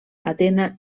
atena